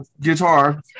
guitar